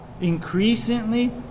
increasingly